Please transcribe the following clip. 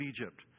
Egypt